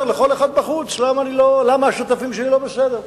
לכל אחד בחוץ למה השותפים שלי לא בסדר.